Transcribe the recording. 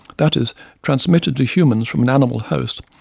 that is transmitted to humans from an animal host,